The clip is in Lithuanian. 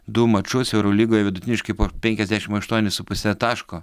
du mačus eurolygoje vidutiniškai po penkiasdešimt aštuonis su puse taško